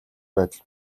байдал